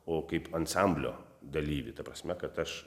o kaip ansamblio dalyvį ta prasme kad aš